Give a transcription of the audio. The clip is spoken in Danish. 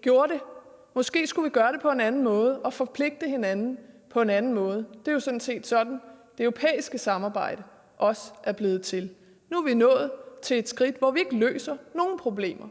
gjort indtil nu, måske skulle vi gøre det på en anden måde og forpligte hinanden på en anden måde. Det er jo sådan set sådan, det europæiske samarbejde også er blevet til, og vi er nu nået til et sted, hvor vi ikke løser nogen problemer.